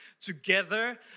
together